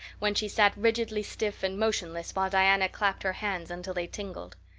when she sat rigidly stiff and motionless while diana clapped her hands until they tingled.